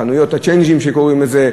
חנויות הצ'יינג'ים קוראים לזה,